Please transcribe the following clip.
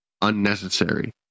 unnecessary